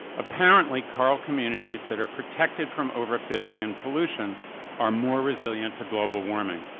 apparently coral communities that are protected from overfishing and pollution are more resilient to global warming,